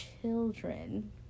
children